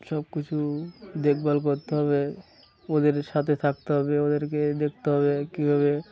সব কিছু দেখভাল করতে হবে ওদের সাথে থাকতে হবে ওদেরকে দেখতে হবে কীভাবে